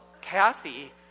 Kathy